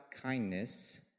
kindness